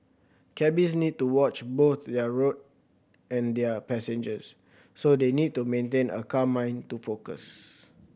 cabbies need to watch both their road and their passengers so they need to maintain a calm mind to focus